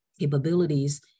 capabilities